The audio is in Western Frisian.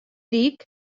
dyk